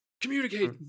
communicate